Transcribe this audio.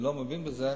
אני לא מבין בזה,